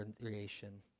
creation